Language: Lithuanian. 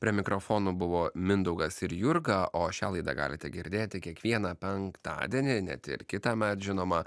prie mikrofono buvo mindaugas ir jurga o šią laidą galite girdėti kiekvieną penktadienį net ir kitąmet žinoma